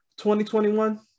2021